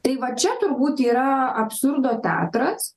tai va čia turbūt yra absurdo teatras